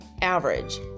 average